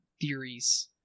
theories